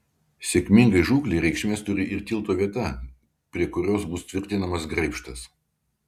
sėkmingai žūklei reikšmės turi ir tilto vieta prie kurios bus tvirtinamas graibštas